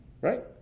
Right